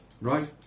Right